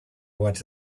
what